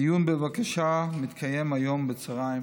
דיון בבקשה יתקיים היום בצוהריים